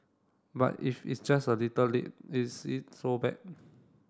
but if it's just a little late is it so bad